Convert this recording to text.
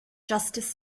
justice